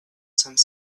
some